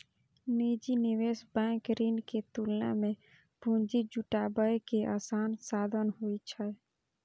निजी निवेश बैंक ऋण के तुलना मे पूंजी जुटाबै के आसान साधन होइ छै